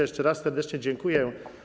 Jeszcze raz serdecznie dziękuję.